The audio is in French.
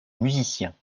musiciens